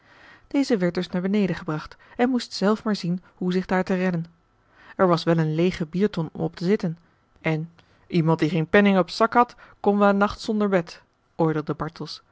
eze werd dus naar beneden gebracht en moest zelf maar zien hoe zich daar te redden er was wel een leêge bierton om op te zitten en iemand die geen penning op zak had kon wel een nacht zonder bed oordeelde bartels